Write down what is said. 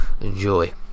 enjoy